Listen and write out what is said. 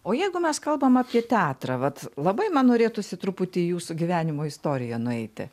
o jeigu mes kalbam apie teatrą vat labai man norėtųsi truputį jūsų gyvenimo istoriją nueiti